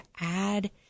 add